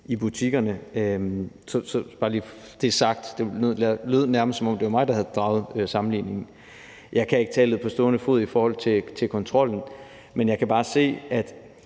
i butikkerne. Det lød nærmest, som om det var mig, der havde draget sammenligningen. Jeg kan ikke tallet på stående fod i forhold til kontrollen, men jeg kan bare se, at